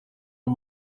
iri